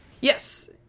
Yes